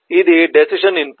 ఇది decision input